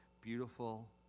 beautiful